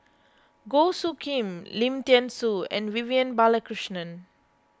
Goh Soo Khim Lim thean Soo and Vivian Balakrishnan